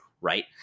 Right